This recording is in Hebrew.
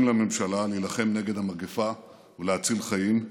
לממשלה להילחם נגד המגפה ולהציל חיים.